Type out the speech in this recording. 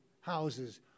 houses